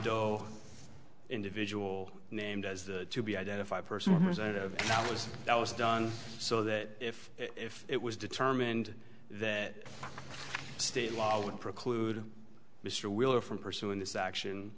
doe individual named as the to be identified person the result of that was that was done so that if if it was determined that state law would preclude mr wheeler from pursuing this action